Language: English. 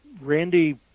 Randy